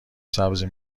سبزی